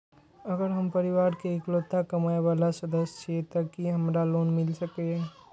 अगर हम परिवार के इकलौता कमाय वाला सदस्य छियै त की हमरा लोन मिल सकीए?